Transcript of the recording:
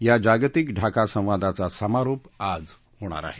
या जागतिक ढाका संवादाचा समारोप आज होणार आहे